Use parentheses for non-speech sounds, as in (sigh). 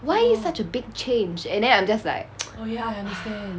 why such a big change and then I'm just like (noise) (breath)